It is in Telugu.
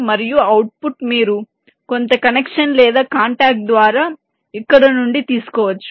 మరియు అవుట్పుట్ మీరు కొంత కనెక్షన్ లేదా కాంటాక్ట్ ద్వారా ఇక్కడ నుండి తీసుకోవచ్చు